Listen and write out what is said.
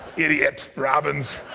idiot, robbins.